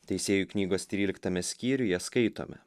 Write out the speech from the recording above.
teisėjų knygos tryliktame skyriuje skaitome